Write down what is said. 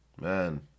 man